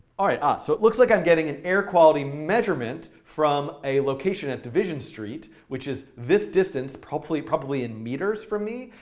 all right, ah so it looks like i'm getting an air quality measurement from a location at division street, which is this distance, probably probably in meters, from me.